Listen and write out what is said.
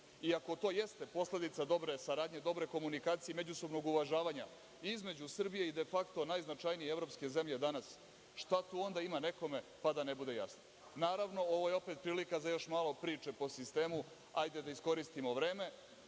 Ako to jeste posledica dobre saradnje, dobre komunikacije i međusobnog uvažavanja između Srbije i de fakto najznačajnije evropske zemlje danas, šta tu onda ima nekome da ne bude jasno? Naravno, ovo je opet prilika za još malo priče po sistemu – hajde da iskoristimo vreme,